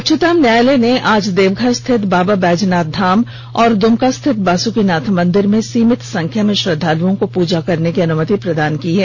उच्चतम न्यायालय ने आज देवघर स्थित बाबा बैजनाथ धाम और दुमका स्थित बासुकीनाथ मंदिर में सीमित संख्या में श्रद्वालुओं को पूजा करने की अनुमति प्रदान कर दी है